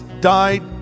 died